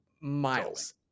miles